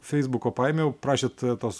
feisbuko paėmiau prašėt tos